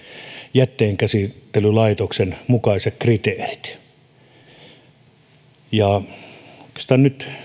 jätteenkäsittelylaitoksen mukaiset kriteerit oikeastaan nyt